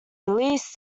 release